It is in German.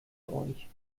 euch